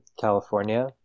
California